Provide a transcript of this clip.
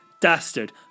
dastard